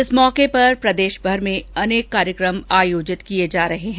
इस मौके पर प्रदेशभर में अनेक कार्यक्रम आयोजित किये जा रहे है